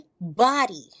body